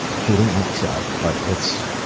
hating myself. but it's